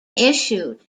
issued